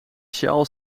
sjaal